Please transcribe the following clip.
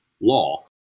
law